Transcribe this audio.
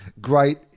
great